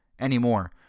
anymore